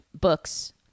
books